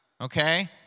okay